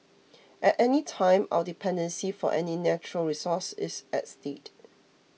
at any time our dependency for any natural resource is at stake